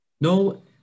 no